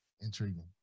Intriguing